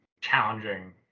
challenging